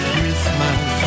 Christmas